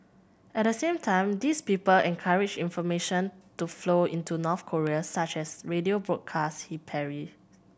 at the same time these people encourage information to flow into North Korea such as radio broadcast he parry